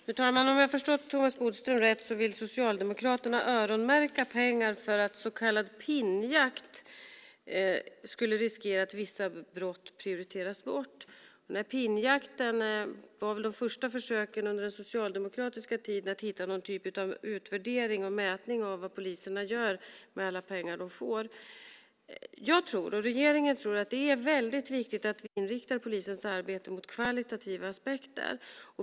Fru talman! Om jag har förstått Thomas Bodström rätt vill Socialdemokraterna öronmärka pengar, eftersom den så kallade pinnjakten skulle riskera att vissa brott prioriteras bort. Denna pinnjakt var väl det första försöket under den socialdemokratiska tiden att hitta någon typ av utvärdering och mätning av vad poliserna gör med alla pengar de får. Jag och regeringen tror att det är väldigt viktigt att vi inriktar polisens arbete mot kvalitativa aspekter.